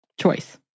Choice